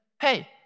hey